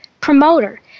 promoter